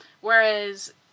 Whereas